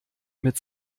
mit